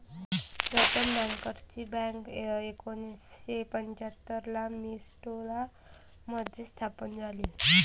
प्रथम बँकर्सची बँक एकोणीसशे पंच्याहत्तर ला मिन्सोटा मध्ये स्थापन झाली